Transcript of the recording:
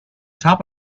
top